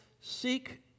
seek